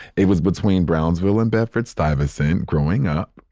it was between brownsville and bedford stuyvesant growing up,